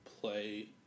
play